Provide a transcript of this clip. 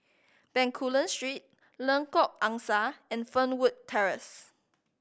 Bencoolen Street Lengkok Angsa and Fernwood Terrace